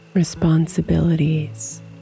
responsibilities